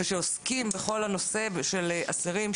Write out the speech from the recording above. ושעוסקים בכל הנושא של אסירים,